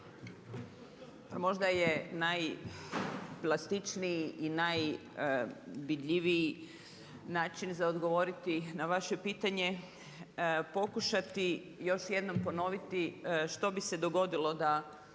Možda je najplastičniji i najvidljiviji način za odgovoriti na vaše pitanje, pokušati još jednom ponoviti, što bi se dogodilo da